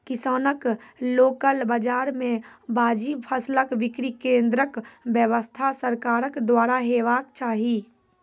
किसानक लोकल बाजार मे वाजिब फसलक बिक्री केन्द्रक व्यवस्था सरकारक द्वारा हेवाक चाही?